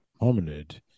hominid